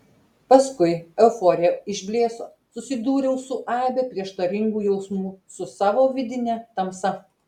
paskui euforija išblėso susidūriau su aibe prieštaringų jausmų su savo vidine tamsa